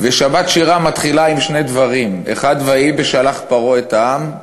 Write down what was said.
ושבת שירה מתחילה ב"ויהי בשלח פרעה את העם",